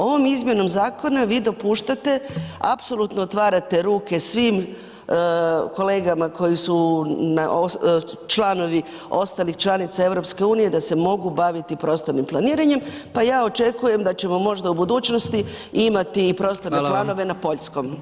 Ovom izmjenom zakona vi dopuštate apsolutno otvarate ruke svim kolegama koji su članovi ostalih članica EU da se mogu baviti prostornim planiranjem, pa ja očekujem da ćemo možda u budućnosti imati i prostorne planove na poljskom.